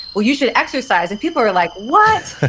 well, you should exercise. and people are like, what?